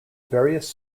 various